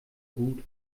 gut